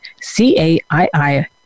C-A-I-I